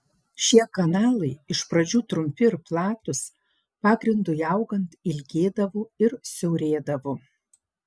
šie kanalai iš pradžių trumpi ir platūs pagrindui augant ilgėdavo ir siaurėdavo